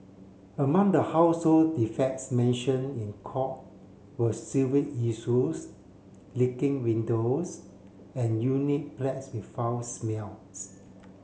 among the household defects mentioned in court were sewage issues leaking windows and unit plagued with foul smells